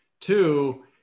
Two